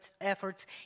efforts